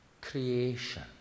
creation